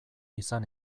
izan